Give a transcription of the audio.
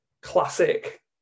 classic